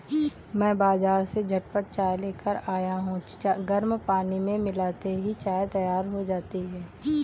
मैं बाजार से झटपट चाय लेकर आया हूं गर्म पानी में मिलाते ही चाय तैयार हो जाती है